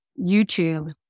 YouTube